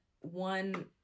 one